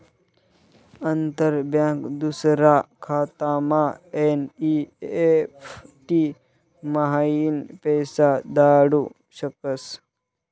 अंतर बँक दूसरा खातामा एन.ई.एफ.टी म्हाईन पैसा धाडू शकस